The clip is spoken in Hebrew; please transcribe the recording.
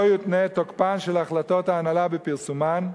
לא יותנה תוקפן של החלטות ההנהלה בפרסומן.